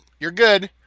you're good,